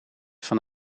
van